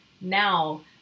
now